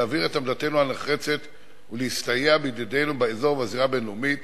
להבהיר את עמדתנו הנחרצת ולהסתייע בידידינו באזור ובזירה הבין-לאומית